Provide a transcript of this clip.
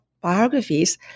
biographies